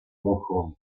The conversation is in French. profonde